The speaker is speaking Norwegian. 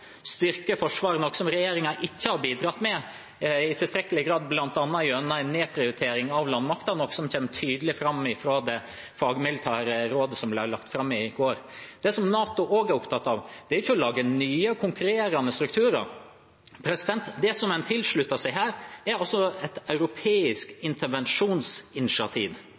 styrke forsvaret, noe som regjeringen ikke har bidratt med i tilstrekkelig grad, bl.a. gjennom en nedprioritering av landmakten, noe som kommer tydelig fram av det fagmilitære rådet som ble lagt fram i går. Det som NATO også er opptatt av, er ikke å lage nye og konkurrerende strukturer. Det som en tilslutter seg her, er et europeisk intervensjonsinitiativ,